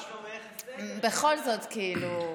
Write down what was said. בכל זאת, כאילו.